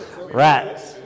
Rats